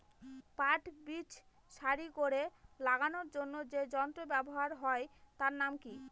পাট বীজ সারি করে লাগানোর জন্য যে যন্ত্র ব্যবহার হয় তার নাম কি?